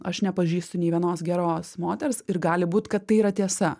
aš nepažįstu nei vienos geros moters ir gali būt kad tai yra tiesa